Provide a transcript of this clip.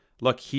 Look